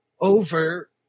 over